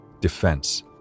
defense